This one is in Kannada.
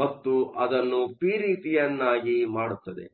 ಮತ್ತು ಅದು ಅದನ್ನು ಪಿ ರೀತಿಯನ್ನಾಗಿ ಮಾಡುತ್ತದೆ